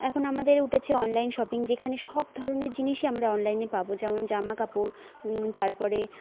এখন আমাদের উঠেছে অনলাইন শপিং যেখানে সব ধরনের জিনিসই আমরা অনলাইনে পাব যেমন জামাকাপড় তারপরে